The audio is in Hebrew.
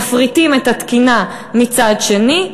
מפריטים את התקינה מצד שני,